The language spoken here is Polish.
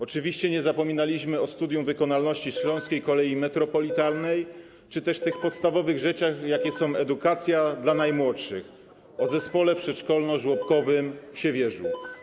Oczywiście nie zapomnieliśmy o studium wykonalności śląskiej kolei metropolitalnej czy też o tych podstawowych rzeczach, jakimi jest edukacja dla najmłodszych, o zespole przedszkolno-żłobkowym w Siewierzu.